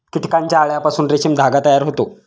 कीटकांच्या अळ्यांपासून रेशीम धागा तयार होतो